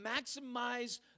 maximize